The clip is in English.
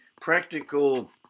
practical